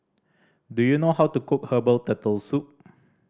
do you know how to cook herbal Turtle Soup